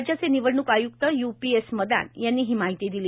राज्याचे निवडणूक आय्क्त यू पी एस मदान यांनी ही माहिती दिली